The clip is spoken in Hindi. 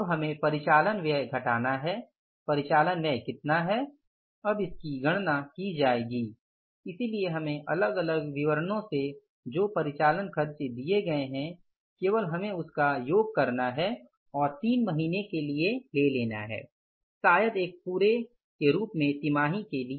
अब हमें परिचालन व्यय घटाना है परिचालन व्यय कितना है अब इसकी गणना की जाएगी इसलिए हमें अलग अलग विवरणों में जो परिचालन खर्च दिए गए हैं केवल हमें उसका योग करना है और 3 महीने के लिए ले लेना है शायद एक पूरे के रूप में तिमाही के लिए